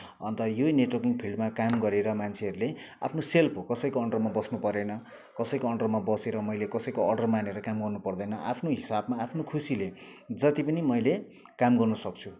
अन्त यो नेटवर्किङ फिल्डमा काम गरेर मान्छेहरूले आफ्नो सेल्फ हो कसैको अन्डरमा बस्नु परेन कसैको अन्डरमा बसेर मैले कसैको अर्डर मानेर काम गर्नुपर्दैन आफ्नो हिसाबमा आफ्नो खुसीले जति पनि मैले काम गर्नु सक्छु